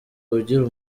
ugira